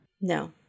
No